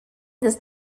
this